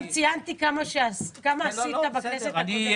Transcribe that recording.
גם ציינתי כמה עשית בכנסת הקודמת.